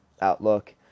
outlook